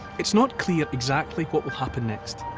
it's not clear exactly what will happen next.